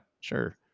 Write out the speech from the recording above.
sure